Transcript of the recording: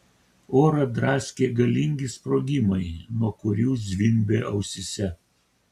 orą draskė galingi sprogimai nuo kurių zvimbė ausyse